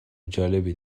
جالبی